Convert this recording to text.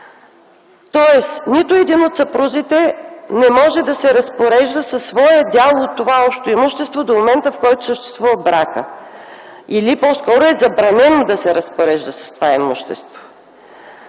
Тоест нито един от съпрузите не може да се разпорежда със своя дял от това общо имущество до момента, в който съществува бракът, или по-скоро е забранено да се разпорежда с това имущество.